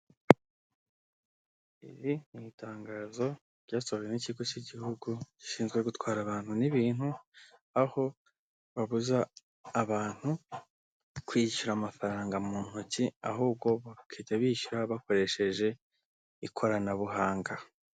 Iri ni itangazo ryasohowe n'ikigo cy'igihugu gishinzwe gutwara abantu n'ibintu, aho babuza abantu kwishyura amafaranga mu ntoki, ahubwo bakajya bishyura bakoresheje ikoranabuhanga.